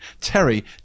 terry